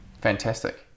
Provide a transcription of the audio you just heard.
Fantastic